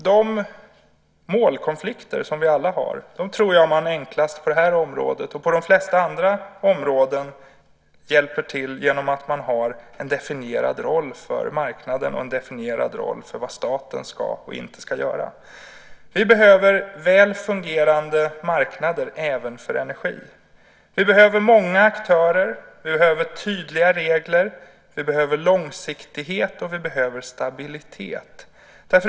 De målkonflikter som vi alla har tror jag att man enklast på det här området, och på de flesta andra områden, hjälper till att lösa genom att man har en definierad roll för marknaden och för vad staten ska och inte ska göra. Vi behöver väl fungerande marknader även för energi. Vi behöver många aktörer, vi behöver tydliga regler, vi behöver långsiktighet och vi behöver stabilitet.